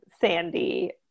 Sandy